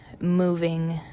moving